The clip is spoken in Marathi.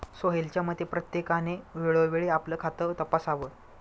सोहेलच्या मते, प्रत्येकाने वेळोवेळी आपलं खातं तपासावं